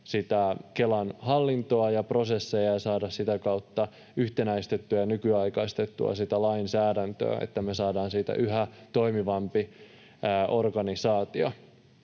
sitä Kelan hallintoa ja prosesseja ja saada sitä kautta yhtenäistettyä ja nykyaikaistettua sitä lainsäädäntöä, että me saadaan siitä yhä toimivampi organisaatio.